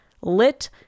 lit